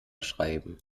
schreiben